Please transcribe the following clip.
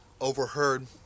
overheard